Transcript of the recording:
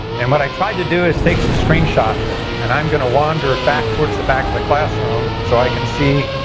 and what i tried to do is take some screen shots and i'm going to wander back towards the back of the classroom so i can see